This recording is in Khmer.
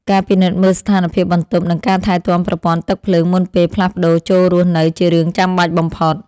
ការពិនិត្យមើលស្ថានភាពបន្ទប់និងការថែទាំប្រព័ន្ធទឹកភ្លើងមុនពេលផ្លាស់ប្តូរចូលរស់នៅជារឿងចាំបាច់បំផុត។